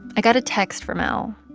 i got a text from l.